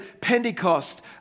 Pentecost